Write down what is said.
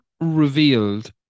revealed